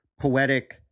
poetic